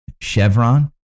Chevron